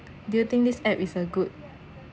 do you think this app is a good